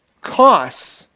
costs